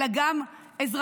אלא גם אזרחית.